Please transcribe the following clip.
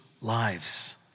lives